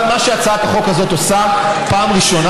אבל מה שהצעת החוק הזאת עושה הוא שפעם ראשונה